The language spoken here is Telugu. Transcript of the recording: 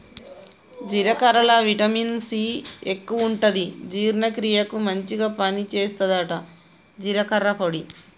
జీలకర్రల విటమిన్ సి ఎక్కువుంటది జీర్ణ క్రియకు మంచిగ పని చేస్తదట జీలకర్ర పొడి